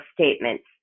statements